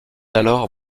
alors